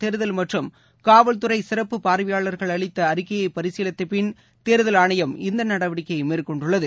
தேர்தல் மற்றும் காவல்துறைசிறப்பு பார்வையாளர்கள் அளித்தஅறிக்கையைபரிசீலித்தபின் தேர்தல் ஆணையம் இந்தநடவடிக்கையைமேற்கொண்டுள்ளது